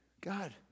God